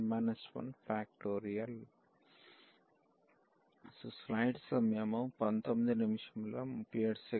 కాబట్టి nn 1